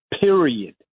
Period